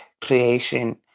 creation